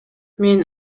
мен